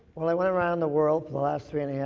well, i went around the world for the last three and a yeah